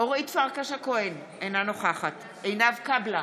אורית פרקש הכהן, אינה נוכחת עינב קאבלה,